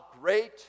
great